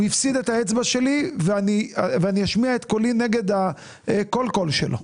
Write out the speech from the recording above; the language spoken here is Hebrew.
הוא הפסיד את האצבע שלי ואני אשמיע את קולי נגד כל קול שלו.